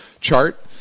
chart